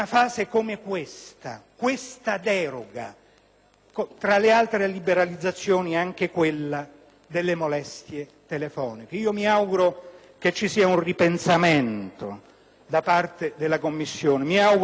tra le altre liberalizzazioni, anche quella delle molestie telefoniche. Mi auguro che ci sia un ripensamento da parte della Commissione, mi auguro che possiate tornare indietro.